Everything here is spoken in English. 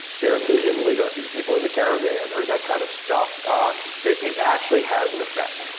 there are a million like ah people in the caravan or that kind of stuff that it actually has an effect.